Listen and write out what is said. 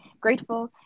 grateful